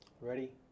Ready